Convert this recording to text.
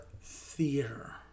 theater